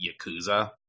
yakuza